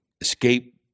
escape